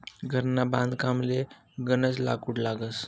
घरना बांधकामले गनज लाकूड लागस